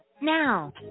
now